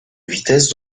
vitesse